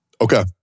Okay